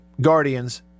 Guardians